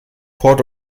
port